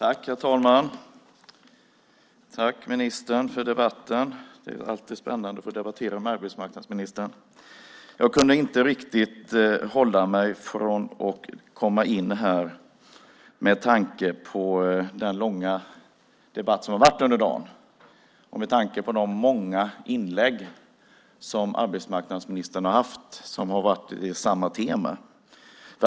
Herr talman! Jag tackar ministern för debatten. Det är alltid spännande att få debattera med arbetsmarknadsministern. Jag kunde inte riktigt hålla mig från att gå in i debatten med tanke på den långa debatt som har varit under dagen och med tanke på de många inlägg som arbetsmarknadsministern har gjort på samma tema.